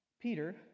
peter